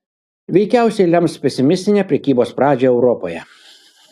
veikiausiai lems pesimistinę prekybos pradžią europoje